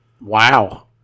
Wow